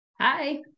Hi